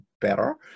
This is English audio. better